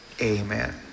Amen